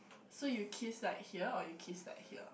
so you kiss like here or you kiss like here